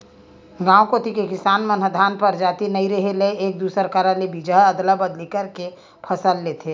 गांव कोती के किसान मन ह धान के परजाति नइ रेहे ले एक दूसर करा ले बीजहा अदला बदली करके के फसल लेथे